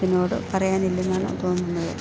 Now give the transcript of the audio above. ഇതിനോട് പറയാനില്ലെന്നാണ് തോന്നുന്നത്